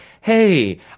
hey